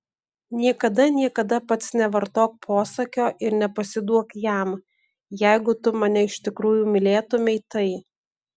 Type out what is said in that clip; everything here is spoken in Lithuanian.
niekada niekada pats nevartok posakio ir nepasiduok jam jeigu tu mane iš tikrųjų mylėtumei tai